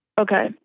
Okay